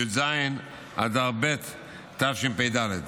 י"ז באדר ב' תשפ"ד.